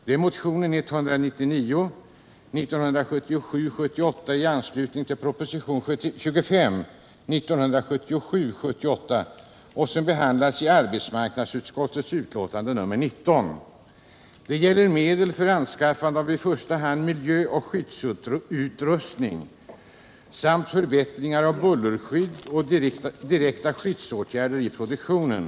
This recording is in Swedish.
Det är motionen 1977 78:25, och den behandlas i arbetsmarknadsutskottets betänkande 1977/78:19. Det gäller medel för anskaffning av i första hand miljöoch skyddsutrustning samt förbättringar av bullerskydd och direkta skyddsåtgärder i produktionen.